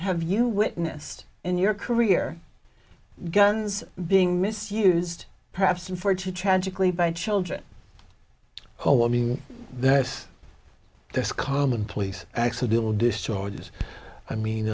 have you witnessed in your career guns being misused perhaps and for tragically by children oh i mean that's that's commonplace accidental discharges i mean